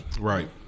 Right